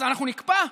אז אנחנו נקפא?